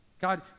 God